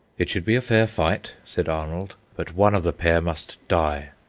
it should be a fair fight, said arnold, but one of the pair must die.